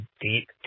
deep